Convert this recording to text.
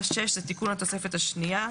תיקון התוספת השנייה.